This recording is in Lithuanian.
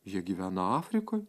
jie gyvena afrikoj